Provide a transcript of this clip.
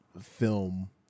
film